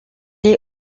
est